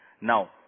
Now